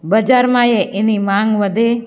બજારમાં એ એની માંગ વધે